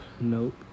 Nope